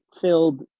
filled